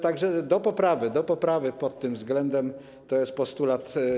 Tak że do poprawy, do poprawy pod tym względem - to jest nasz postulat.